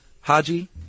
Haji